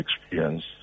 experience